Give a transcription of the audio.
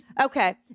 Okay